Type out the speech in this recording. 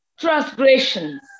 transgressions